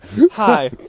Hi